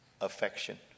affection